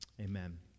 Amen